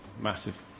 massive